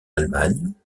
allemagne